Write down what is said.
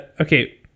Okay